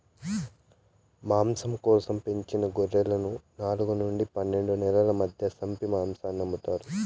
మాంసం కోసం పెంచిన గొర్రెలను నాలుగు నుండి పన్నెండు నెలల మధ్య సంపి మాంసాన్ని అమ్ముతారు